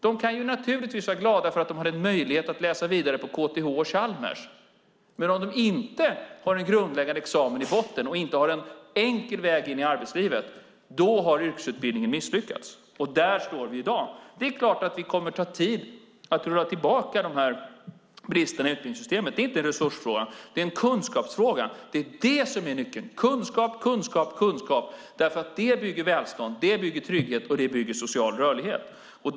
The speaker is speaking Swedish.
De kan naturligtvis vara glada för att de hade en möjlighet att läsa vidare på KTH och Chalmers, men om de inte har en grundläggande examen i botten och inte har en enkel väg in i arbetslivet har yrkesutbildningen misslyckats. Där står vi i dag. Det är klart att det kommer att ta tid att rulla tillbaka dessa brister i utbildningssystemet. Det är inte en resursfråga; det är en kunskapsfråga. Det är det som är nyckeln: kunskap, kunskap, kunskap. Det bygger nämligen välstånd, det bygger trygghet och det bygger social rörlighet.